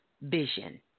vision